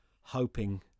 hoping